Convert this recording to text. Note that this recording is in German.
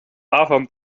ahorn